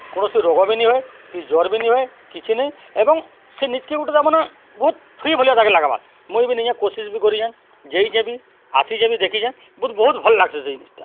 କୌଣସି ରୋଗ ବି ନିି ହଏ କି ଜର୍ ବି ନି ହଏ କିଛି ନାଇଁ ଏବଂ ସେ ନିଜ୍କେ ଗୁଟେ ତାମାନେ ବହୁତ୍ ଫ୍ରି ଭଲିଆ ତାକେ ଲାଗ୍ବା ମୁଇଁ ବି ନିଜେ କୋସିସ୍ ବି କରିଚେଁ ଯେଇଚେଁ ବି ଆସିଚେଁ ବି ଦେଖିଚେଁ ବହୁତ୍ ବହୁତ୍ ଭଲ୍ ଲାଗ୍ସି ସେ ଜିନିଷଟା